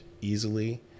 easily